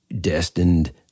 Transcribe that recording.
destined